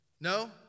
No